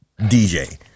DJ